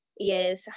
Yes